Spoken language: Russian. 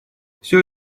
все